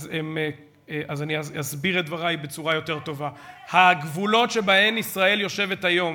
אז אני אסביר את דברי בצורה יותר טובה: הגבולות שבהם ישראל יושבת היום,